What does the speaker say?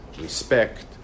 respect